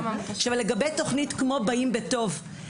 לגבי תוכנית כמו "באים בטוב".